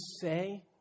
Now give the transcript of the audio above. say